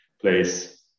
place